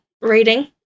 Reading